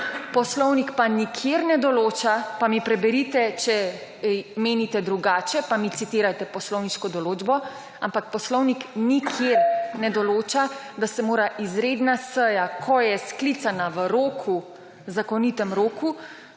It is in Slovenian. Poslovnik pa nikjer ne določa, pa mi preberite, če menite drugače, pa mi citirajte poslovniško določbo, ampak Poslovnik nikjer ne določa / znak za konec razprave/, da se mora izredna seja, ko je sklicana v roku, zakonitem roku,